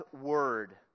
Word